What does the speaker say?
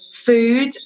food